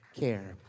care